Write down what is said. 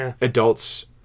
adults